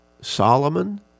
Solomon